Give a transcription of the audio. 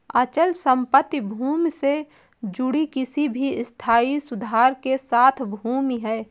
अचल संपत्ति भूमि से जुड़ी किसी भी स्थायी सुधार के साथ भूमि है